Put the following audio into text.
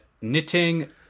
knitting